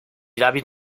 david